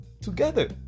together